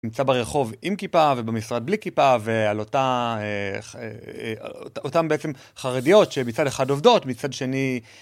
נמצא ברחוב עם כיפה ובמשרד בלי כיפה ועל אותם ,בעצם, חרדיות שמצד אחד עובדות, מצד שני...